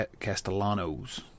castellanos